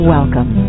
Welcome